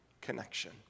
connection